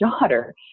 daughter